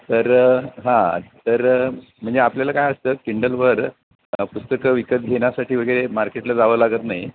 तर हां तर म्हणजे आपल्याला काय असतं किंडलवर पुस्तकं विकत घेण्यासाठी वगैरे मार्केटला जावं लागत नाही